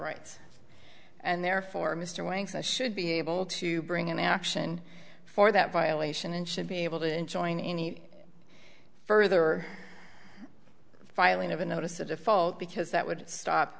rights and therefore mr wang's i should be able to bring an action for that violation and should be able to enjoin any further filing of a notice of default because that would stop